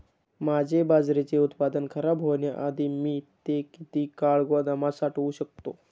माझे बाजरीचे उत्पादन खराब होण्याआधी मी ते किती काळ गोदामात साठवू शकतो?